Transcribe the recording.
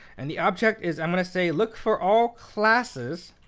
and the object is, i'm going to say, look for all classes